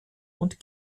und